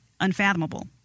unfathomable